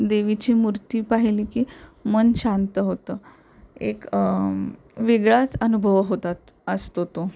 देवीची मूर्ती पाहिली की मन शांत होतं एक वेगळाच अनुभव होतात असतो तो